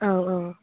औ औ